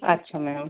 अच्छा मैम